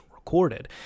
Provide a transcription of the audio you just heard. recorded